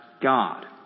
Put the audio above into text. God